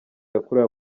yakorewe